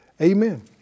Amen